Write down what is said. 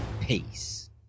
Peace